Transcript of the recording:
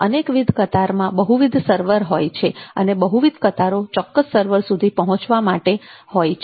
અનેકવિધ કતારમાં બહુવિધ સર્વર હોય છે અને બહુવિધ કતારો ચોક્કસ સર્વર સુધી પહોંચવા માટે હોય છે